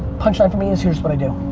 punchline for me is here's what i do,